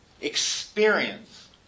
experience